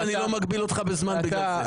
אני לא מגביל אותך בזמן בגלל זה.